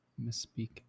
misspeak